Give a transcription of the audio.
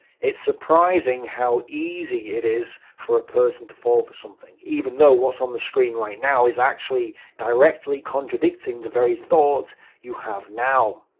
it's surprising how easy it is for a person to fall for something, even though what's on the screen right now is actually directly contradicting the very thought you have now.